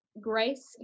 Grace